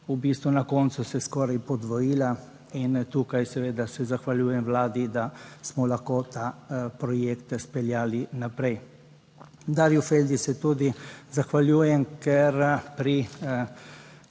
na koncu se je skoraj podvojila. In tukaj seveda se zahvaljujem Vladi, da smo lahko ta projekt speljali naprej. Darju Feldi se tudi zahvaljujem, ker pri